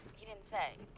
he didn't say.